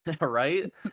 Right